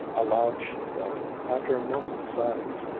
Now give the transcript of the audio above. aloud she said, after a moment's silence,